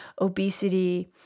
obesity